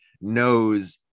knows